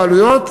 והבעלויות,